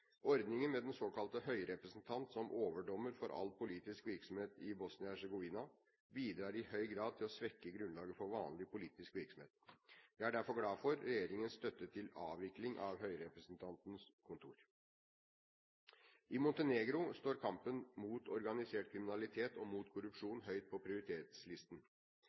Ordningen med den såkalte høyrepresentanten som overdommer for all politisk virksomhet i Bosnia-Hercegovina bidrar i høy grad til å svekke grunnlaget for vanlig politisk virksomhet. Jeg er derfor glad for regjeringens støtte til avvikling av høyrepresentantens kontor. I Montenegro står kampen mot organisert kriminalitet og mot korrupsjon høyt på prioritetslisten.